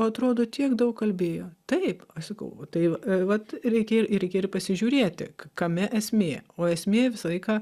o atrodo tiek daug kalbėjo taip aš sakau tai va vat reikia ir reikia ir pasižiūrėti kame esmė o esmė visą laiką